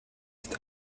ist